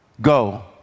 go